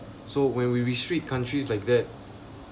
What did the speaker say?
so when we restrict countries like that